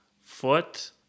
foot